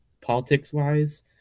politics-wise